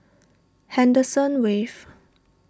Henderson Wave